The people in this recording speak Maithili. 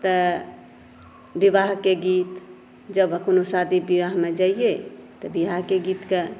तऽ विवाहक गीत जब कोनो शादी विवाहमे जइये तऽ विवाहक गीतक